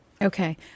Okay